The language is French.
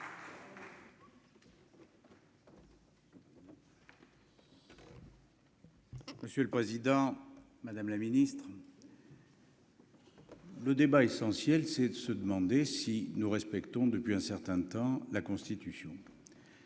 Monsieur le Président, Madame la Ministre. Le débat essentiel, c'est de se demander si nous respectons depuis un certain temps la constitution.